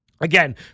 again